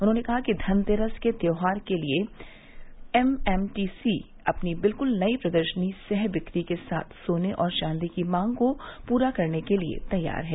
उन्होंने कहा कि धनतेरस के त्यौहार के लिए एम एम टी सी अपनी बिल्कुल नई प्रदर्शनी सह बिक्री के साथ सोने और चांदी की मांग को पूरा करने के लिए तैयार है